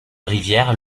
rivière